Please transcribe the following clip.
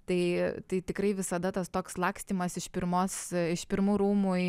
tai tai tikrai visada tas toks lakstymas iš pirmos iš pirmų rūmų į